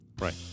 Right